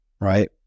right